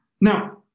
Now